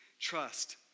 Trust